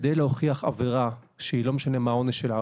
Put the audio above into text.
כדי להוכיח עבירה שלא משנה מה העונש שלה,